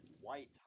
white